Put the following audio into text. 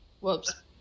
Whoops